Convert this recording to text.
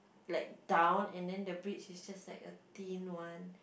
like down and then the bridge is just like a thin one